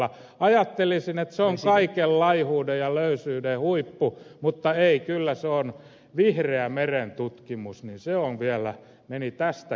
ajattelisin että se on kaiken laihuuden ja löysyyden huippu mutta ei kyllä vihreä merentutkimus meni vielä tästäkin edelle